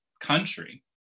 country